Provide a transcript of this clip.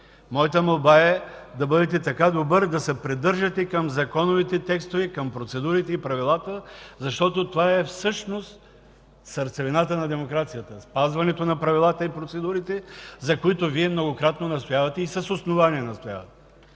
Моята молба е да бъдете така добър да се придържате към законовите текстове, към процедурите и правилата, защото това е всъщност сърцевината на демокрацията – спазването на правилата и процедурите, за които Вие многократно настоявате, и с основание настоявате.